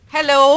Hello